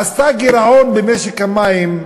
עשתה גירעון במשק המים,